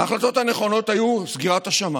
ההחלטות הנכונות היו סגירת השמיים,